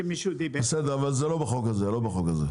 זה לא בחוק הזה.